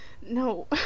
No